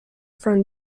from